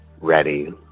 ready